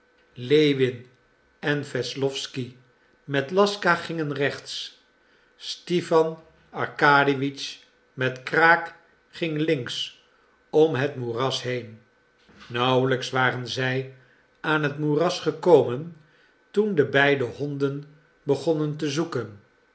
lewin en wesslowsky met laska gingen rechts stipan arkadiewitsch met kraak ging links om het moeras heen nauwelijks waren zij aan het moeras gekomen toen de beide honden begonnen te zoeken